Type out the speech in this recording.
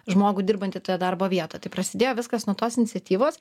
žmogų dirbantį toje darbo vietoj tai prasidėjo viskas nuo tos iniciatyvos